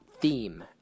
theme